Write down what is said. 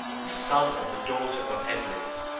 son of the daughter of eblis,